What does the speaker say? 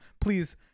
please